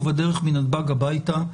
ובדרך מנתב"ג הביתה.